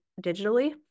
digitally